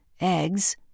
Eggs